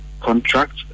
contract